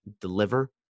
deliver